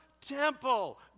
temple